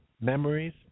memories